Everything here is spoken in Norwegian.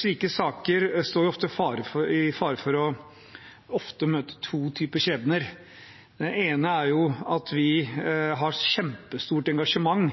Slike saker står ofte i fare for å møte to typer skjebner. Den ene er at vi har et kjempestort engasjement